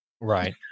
Right